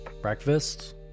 Breakfast